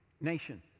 nation